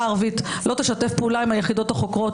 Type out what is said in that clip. הערבית לא תשתף פעולה עם היחידות החוקרות,